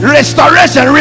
restoration